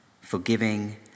forgiving